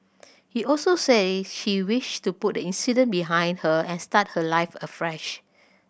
he also said she wished to put the incident behind her and start her life afresh